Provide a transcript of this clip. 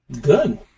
Good